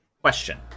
question